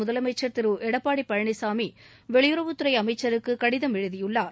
முதலமைச்சர் திரு எடப்பாடி பழனிசாமி வெளியுறவுத் துறை அமைச்சருக்கு கடிதம் எழுதியுள்ளார்